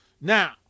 Now